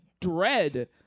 Dread